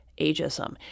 ageism